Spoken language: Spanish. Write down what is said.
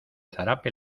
zarape